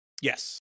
Yes